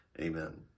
Amen